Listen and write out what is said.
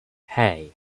hey